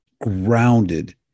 grounded